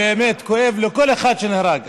באמת כואב על כל אחד שנהרג.